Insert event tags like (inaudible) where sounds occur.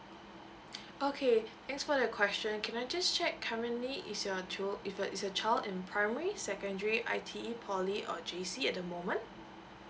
(breath) okay thanks for the question can I just check currently is your chil~ if your is your child in primary secondary I_T_E poly or J_C at the moment